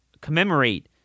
commemorate